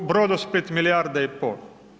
U Brodosplit milijarda i pol.